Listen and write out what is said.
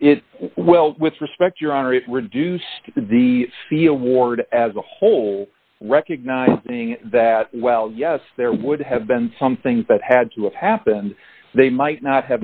it well with respect your honor it reduced the field ward as a whole recognizing that well yes there would have been some things that had to have happened they might not